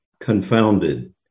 confounded